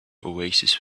oasis